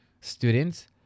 students